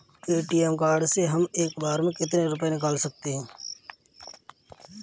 ATM card से हम एक बार में कितने रुपये निकाल सकते हैं?